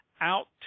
out